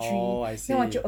oh I see